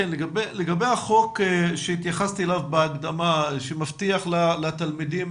לגבי החוק שהתייחסתי אליו בהקדמה שמבטיח לתלמידים